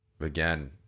Again